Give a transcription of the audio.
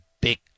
big